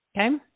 Okay